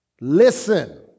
listen